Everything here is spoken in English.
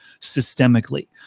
systemically